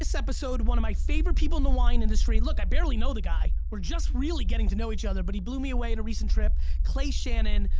this episode one of my favorite people in the wine industry, look i barely know the guy, we're just really getting to know each other but he blew me away in a recent trip, clay shannon,